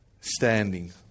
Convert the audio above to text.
Standing